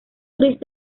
gris